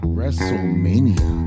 WrestleMania